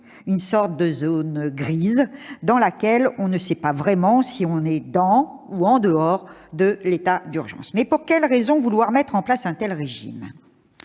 une sorte de zone grise dans laquelle on ne sait pas vraiment si l'on est dans ou en dehors de l'état d'urgence. Néanmoins, pourquoi vouloir mettre en place un tel régime ?